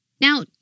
Now